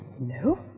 No